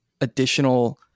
additional